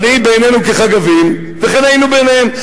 "ונהי בעינינו כחגבים וכן היינו בעיניהם".